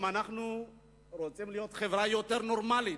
אם אנחנו רוצים להיות חברה יותר נורמלית,